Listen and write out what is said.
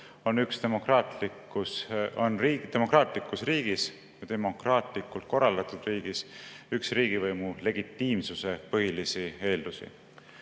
on demokraatlikus riigis, demokraatlikult korraldatud riigis üks riigivõimu legitiimsuse põhilisi eeldusi.